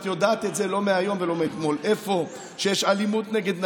את יודעת לא מהיום ולא מאתמול: איפה שיש אלימות נגד נשים,